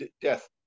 Death